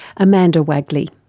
amanda waegeli.